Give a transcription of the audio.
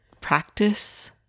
practice